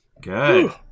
good